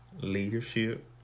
leadership